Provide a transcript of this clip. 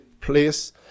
place